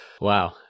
wow